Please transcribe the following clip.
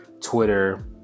twitter